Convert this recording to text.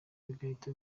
bigahita